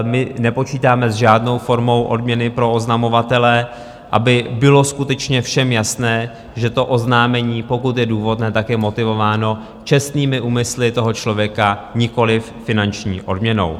My nepočítáme s žádnou formou odměny pro oznamovatele, aby bylo skutečně všem jasné, že to oznámení, pokud je důvodné, je motivováno čestnými úmysly toho člověka, nikoliv finanční odměnou.